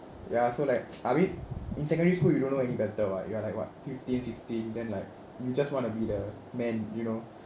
ya so like I mean in secondary school you don't know any better [what] you are like what fifteen sixteen then like you just want to be the man you know